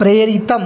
प्रेरितम्